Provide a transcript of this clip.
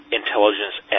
intelligence